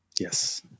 Yes